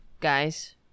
guys